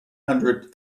hundred